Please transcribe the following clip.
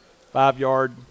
five-yard